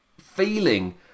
feeling